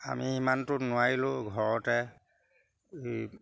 আমি সিমানটো নোৱাৰিলোঁ ঘৰতে